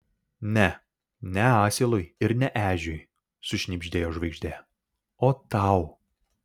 ne ne asilui ir ne ežiui sušnibždėjo žvaigždė o tau